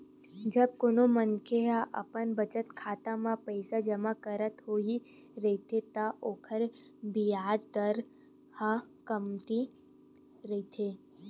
जब कोनो मनखे ह अपन बचत खाता म पइसा जमा करत होय चलथे त ओखर बियाज दर ह कमती रहिथे